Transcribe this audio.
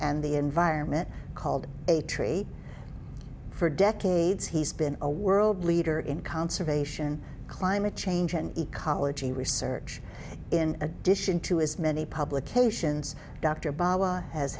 and the environment called a tree for decades he's been a world leader in conservation climate change and ecology research in addition to his many publications dr